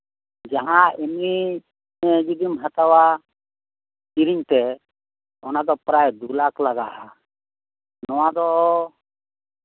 ᱡᱟᱦᱟᱸ ᱡᱤᱱᱤᱥ ᱡᱚᱫᱤᱢ ᱦᱟᱛᱟᱣᱟ ᱠᱤᱨᱤᱧᱛᱮ ᱚᱱᱟ ᱫᱚ ᱯᱨᱟᱭ ᱫᱩ ᱞᱟᱠᱷ ᱞᱟᱜᱟᱜᱼᱟ ᱱᱚᱶᱟ ᱫᱚ